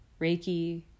Reiki